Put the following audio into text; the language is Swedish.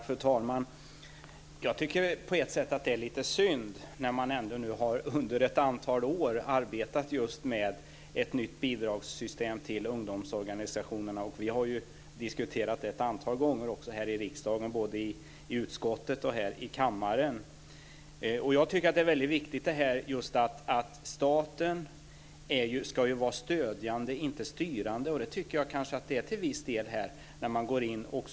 Fru talman! Jag tycker på ett sätt att det är lite synd när man ändå under ett antal år har arbetat just med ett nytt bidragssystem för ungdomsorganisationerna. Vi har ju diskuterat det ett antal gånger här i riksdagen, både i utskottet och här i kammaren. Jag tycker att det är väldigt viktigt att staten ska vara stödjande, inte styrande. Det tycker jag kanske att man är till viss del när man går in här.